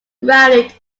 grounded